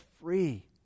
free